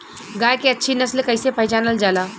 गाय के अच्छी नस्ल कइसे पहचानल जाला?